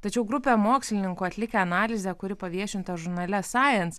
tačiau grupė mokslininkų atlikę analizę kuri paviešinta žurnale sjens